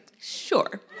sure